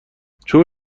چوب